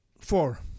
Four